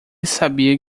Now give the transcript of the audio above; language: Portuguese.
sabia